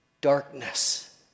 darkness